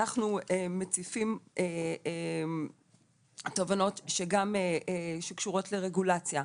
אנחנו מציפים תובנות שקשורות לרגולציה,